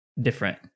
different